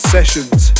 Sessions